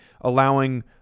allowing